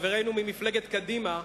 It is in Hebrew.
חברינו ממפלגת קדימה,